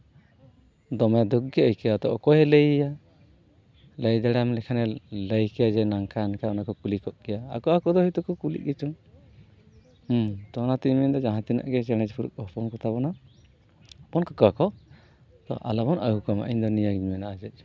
ᱫᱚᱢᱮ ᱫᱩᱠ ᱜᱮ ᱟᱹᱭᱠᱟᱹᱣᱟ ᱟᱫᱚ ᱚᱠᱚᱭᱮ ᱞᱟᱹᱭᱟᱭᱟ ᱞᱟᱹᱭ ᱫᱟᱲᱮᱭᱟᱢ ᱞᱮᱠᱷᱟᱱ ᱫᱚ ᱞᱟᱹᱭ ᱠᱮᱭᱟ ᱱᱚᱝᱠᱟ ᱚᱝᱠᱟ ᱚᱱᱟ ᱠᱚ ᱠᱩᱞᱤ ᱠᱚᱜ ᱠᱮᱭᱟ ᱟᱠᱚ ᱟᱠᱚ ᱫᱚ ᱦᱳᱭ ᱛᱚᱠᱚ ᱠᱩᱞᱤᱜ ᱜᱮᱪᱚᱝ ᱚᱱᱟᱛᱮᱧ ᱢᱮᱱᱮᱫᱟ ᱡᱟᱦᱟᱸᱛᱤᱱᱟᱹᱜ ᱜᱮ ᱪᱮᱬᱮ ᱠᱚᱠᱚ ᱦᱚᱯᱚᱱ ᱠᱚᱛᱟᱵᱚᱱᱟ ᱦᱚᱯᱚᱱ ᱠᱟᱠᱚᱣᱟᱠᱚ ᱛᱚ ᱟᱞᱚ ᱵᱚᱱ ᱟᱹᱜᱩ ᱠᱚᱢᱟ ᱤᱧ ᱫᱚ ᱱᱤᱭᱟᱹᱜᱮᱧ ᱢᱮᱱᱟ ᱟᱨ ᱪᱮᱫ ᱪᱚᱝ